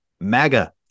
MAGA